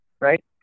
Right